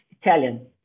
Italian